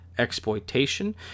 exploitation